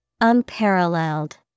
Unparalleled